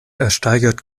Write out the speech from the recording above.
ersteigert